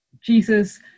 jesus